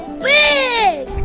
big